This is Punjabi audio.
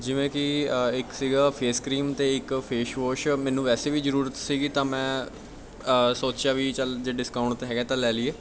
ਜਿਵੇਂ ਕਿ ਇੱਕ ਸੀਗਾ ਫੇਸ ਕਰੀਮ ਅਤੇ ਇੱਕ ਫੇਸ ਵਾਸ਼ ਮੈਨੂੰ ਵੈਸੇ ਵੀ ਜ਼ਰੂਰਤ ਸੀਗੀ ਤਾਂ ਮੈਂ ਸੋਚਿਆ ਵੀ ਚੱਲ ਜੇ ਡਿਸਕਾਊਂਟ 'ਤੇ ਹੈਗਾ ਤਾਂ ਲੈ ਲਈਏ